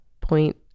point